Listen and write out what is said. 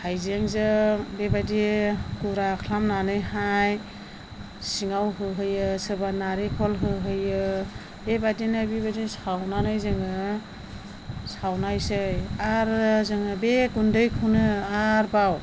हाइजेंजों बेबादि गुरा खालामनानैहाय सिङाव होहोयो सोरबा नारिकल होहोयो बेबादिनो बेबादिनो सावनानै जोङो सावनायसै आरो जोङो बे गुन्दैखौनो आरोबाव